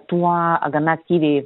tuo gana aktyviai